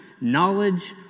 knowledge